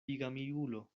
bigamiulo